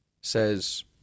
says